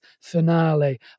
finale